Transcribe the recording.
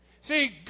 See